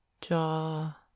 jaw